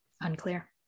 Unclear